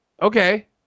Okay